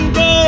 go